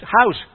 house